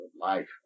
life